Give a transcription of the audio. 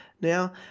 now